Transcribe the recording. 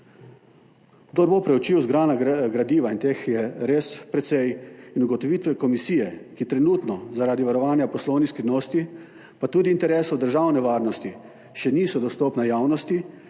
Kdor bo preučil zbrana gradiva, teh je res precej, in ugotovitve komisije, ki trenutno zaradi varovanja poslovnih skrivnosti in tudi interesov državne varnosti še niso dostopne javnosti,